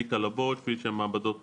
שהן מעבדות פרטיות.